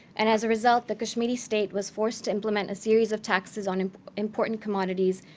and as a result, the kashmiri state was forced to implement a series of taxes on and important commodities,